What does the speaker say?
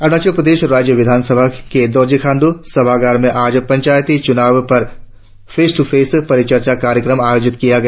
अरुणाचल प्रदेश राज्य विधान सभा के दोरजी खांड् सभागार में आज पंचायत चुनाव पर फेस टू फेस परिचर्चा कार्यक्रम आयोजित किया गया